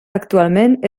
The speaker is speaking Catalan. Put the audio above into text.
actualment